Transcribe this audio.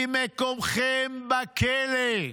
כי מקומכם בכלא".